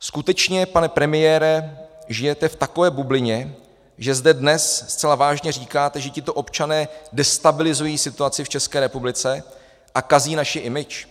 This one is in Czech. Skutečně, pane premiére, žijete v takové bublině, že zde dnes zcela vážně říkáte, že tito občané destabilizují situaci v České republice a kazí naši image?